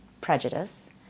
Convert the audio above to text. prejudice